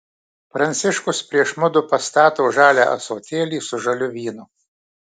pranciškus prieš mudu pastato žalią ąsotėlį su žaliu vynu